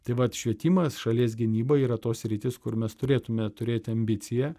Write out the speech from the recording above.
tai vat švietimas šalies gynyba yra tos sritys kur mes turėtume turėti ambiciją